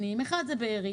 בארי,